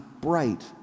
bright